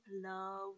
love